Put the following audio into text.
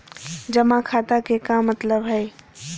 जमा खाता के का मतलब हई?